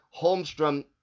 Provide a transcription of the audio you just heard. Holmstrom